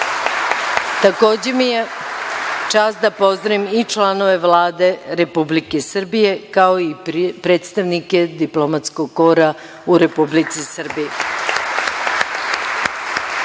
Evrope. Takođe mi je čast da pozdravim i članove Vlade Republike Srbije, kao i predstavnike diplomatskog kora u Republici Srbiji. Sada